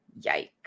yikes